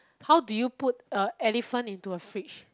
how do you put a elephant in to a fridge